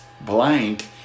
blank